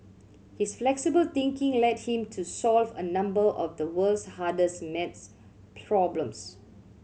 his flexible thinking led him to solve a number of the world's hardest maths problems